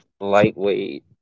lightweight